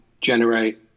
generate